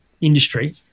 industry